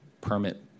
permit